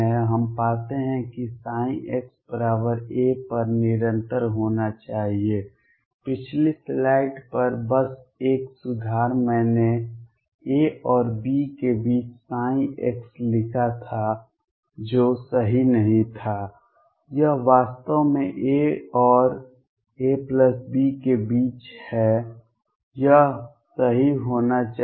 हम पाते हैं कि x a पर निरंतर होना चाहिए पिछली स्लाइड पर बस एक सुधार मैंने a और b के बीच x लिखा था जो सही नहीं था यह वास्तव में a और a b के बीच है यह सही होना चाहिए